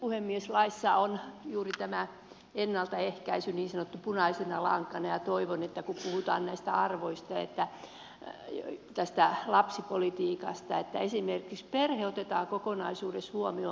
laissa on juuri tämä ennaltaehkäisy niin sanottuna punaisena lankana ja toivon että kun puhutaan näistä arvoista tästä lapsipolitiikasta esimerkiksi perhe otetaan kokonaisuudessa huomioon